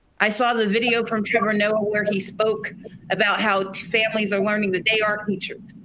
i saw the video from trevor noah where he spoke about how families are learning that they aren't teachers.